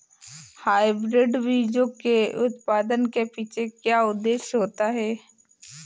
Hybrid बीजों के उत्पादन के पीछे क्या उद्देश्य होता है?